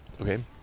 okay